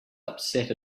upset